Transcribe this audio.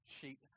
Sheep